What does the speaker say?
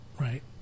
Right